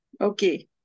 Okay